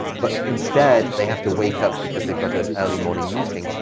but instead they have to wake up, because they've got an early morning meeting,